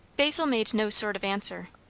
basil made no sort of answer.